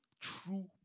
true